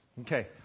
Okay